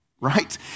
right